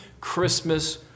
Christmas